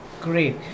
Great